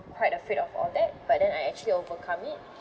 quite afraid of all that but then I actually overcome it